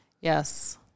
Yes